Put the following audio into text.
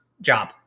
job